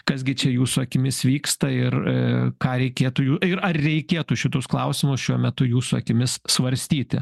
kas gi čia jūsų akimis vyksta ir ką reikėtų jų ir ar reikėtų šitus klausimus šiuo metu jūsų akimis svarstyti